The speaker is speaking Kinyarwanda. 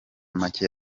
make